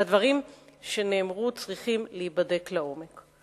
והדברים שנאמרו צריכים להיבדק לעומק.